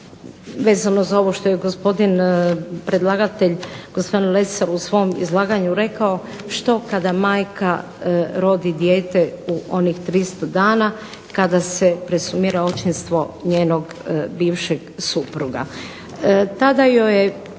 vezano za ovo što je gospodin Lesar u svom izlaganju rekao. Što kada majka rodi dijete u onih 300 dana kada se presumira očinstvo njenog bivšeg supruga. Tada joj je